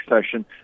session